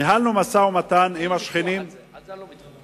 ניהלנו משא-ומתן עם השכנים, אין ויכוח על זה.